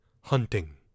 hunting